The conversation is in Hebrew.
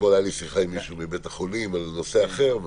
אתמול הייתה לי שיחה עם מישהו מבית החולים על נושא אחר,